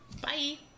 Bye